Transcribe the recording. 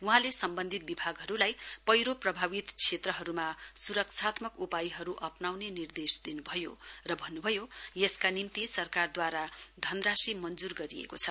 वहाँले सम्बन्धित विभागहरूलाई पैहो प्रभावित क्षेत्रहरूमा स्रक्षात्मक उपायहरू अप्नाउने निर्देस दिन् भयो र भन्नुभयो यसका निम्ति सरकारद्वारा धनराशी मञ्जुर गरिएको छ